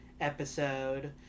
episode